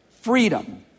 freedom